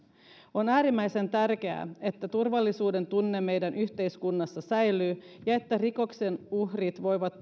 on äärimmäisen tärkeää että turvallisuudentunne meidän yhteiskunnassamme säilyy ja että rikoksen uhrit voivat